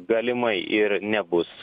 galimai ir nebus